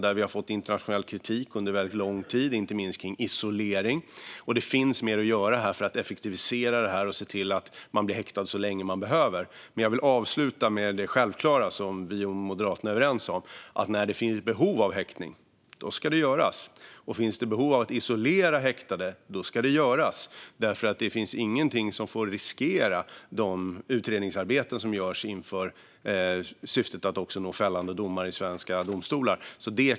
Där har vi fått internationell kritik under väldigt lång tid, inte minst vad gäller isolering. Det finns mer att göra för att effektivisera detta och se till att man är häktad så länge man behöver. Jag vill avsluta med det självklara, som vi och Moderaterna är överens om. När det finns behov av häktning ska det göras. Finns det behov av att isolera häktade ska det också göras. Det finns ingenting som får riskera de utredningsarbeten som görs i syfte att nå fällande domar i svenska domstolar.